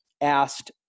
asked